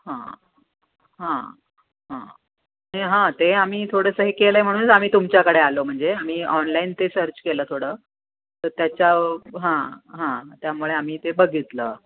हां हां हां ते हां ते आम्ही थोडंसं हे केलं आहे म्हणूनच आम्ही तुमच्याकडे आलो म्हणजे आम्ही ऑनलाईन ते सर्च केलं थोडं तर त्याच्या हां हां त्यामुळे आम्ही ते बघितलं